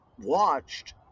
watched